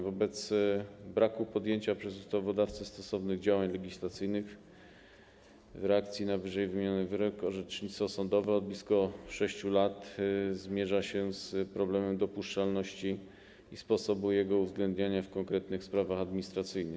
Wobec niepodjęcia przez ustawodawcę stosownych działań legislacyjnych w reakcji na ww. wyrok orzecznictwo sądowe od blisko 6 lat mierzy się z problemem dopuszczalności i sposobu jego uwzględniania w konkretnych sprawach administracyjnych.